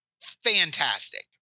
fantastic